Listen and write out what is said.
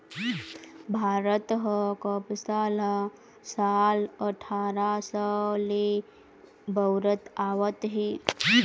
भारत ह कपसा ल साल अठारा सव ले बउरत आवत हे